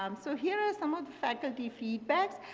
um so here are some of the faculty feedbacks.